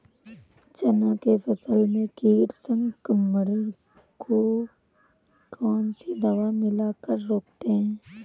चना के फसल में कीट संक्रमण को कौन सी दवा मिला कर रोकते हैं?